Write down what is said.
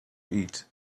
eat